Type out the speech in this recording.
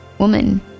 woman